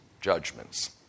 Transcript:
judgments